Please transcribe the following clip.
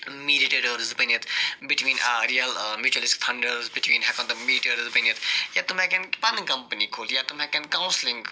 mediators بٔنِتھ between real mutuals funds between ہٮ۪کن تِم میٖٹٲرٕس بٔنِتھ یا تِم ہیٚکٮ۪ن پنٕںی کمپٔنی کھوُلِتھ یا تِم ہٮ۪کن کوسِلِنٛگ